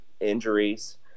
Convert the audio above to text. injuries